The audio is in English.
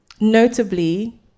Notably